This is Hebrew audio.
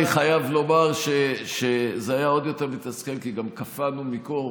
אני חייב לומר שזה היה עוד יותר מתסכל כי גם קפאנו מקור.